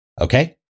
Okay